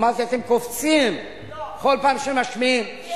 אמרתי, אתם קופצים בכל פעם שמשמיעים, לא.